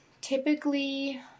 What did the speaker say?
typically